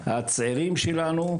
הצעירים שלנו,